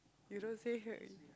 you don't say here